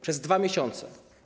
Przez 2 miesiące.